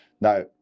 Now